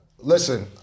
Listen